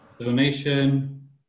donation